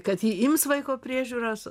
kad ji ims vaiko priežiūros